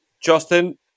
Justin